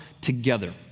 together